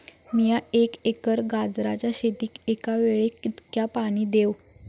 मीया एक एकर गाजराच्या शेतीक एका वेळेक कितक्या पाणी देव?